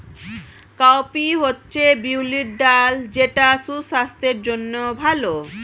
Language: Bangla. কাউপি হচ্ছে বিউলির ডাল যেটা সুস্বাস্থ্যের জন্য ভালো